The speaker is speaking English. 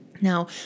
Now